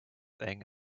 eng